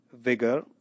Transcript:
vigor